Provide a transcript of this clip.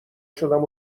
شدم